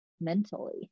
mentally